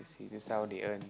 see this's how they earn